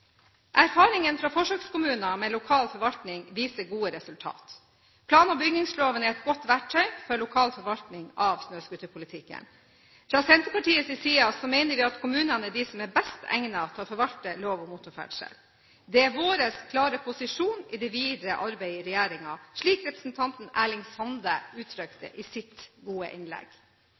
Erfaringen fra forsøkskommuner med lokal forvaltning viser gode resultater. Plan- og bygningsloven er et godt verktøy for lokal forvaltning av snøscooterpolitikken. Fra Senterpartiets side mener vi at kommunene er de som er best egnet til å forvalte lov om motorferdsel. Det er vår klare posisjon i det videre arbeidet i regjeringen, slik representanten Erling Sande uttrykte det i sitt gode innlegg.